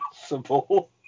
possible